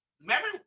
Remember